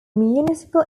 municipal